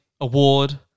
Award